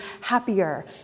happier